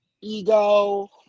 ego